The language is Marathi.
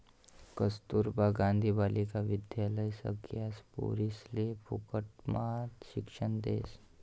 कस्तूरबा गांधी बालिका विद्यालय सगळ्या पोरिसले फुकटम्हा शिक्षण देस